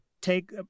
take